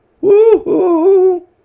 Woo